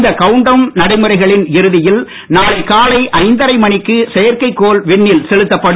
இந்த countdown நடைமுறைகளின் இறுதியில் நாளை காலை ஐந்தரை மணிக்கு செயற்கைகோள் விண்ணில் செலுத்தப்படும்